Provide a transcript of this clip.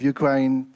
Ukraine